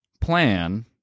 plan